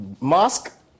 mask